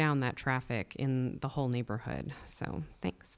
down that traffic in the whole neighborhood so thanks